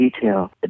detail